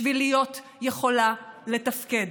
בשביל להיות יכולה לתפקד.